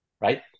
right